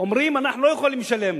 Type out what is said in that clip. אומרים: אנחנו לא יכולים לשלם,